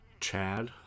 Chad